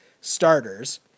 starters